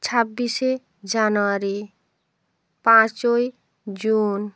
ছাব্বিশে জানুয়ারি পাঁচই জুন